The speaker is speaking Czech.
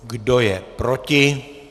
Kdo je proti?